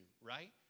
right